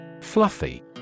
Fluffy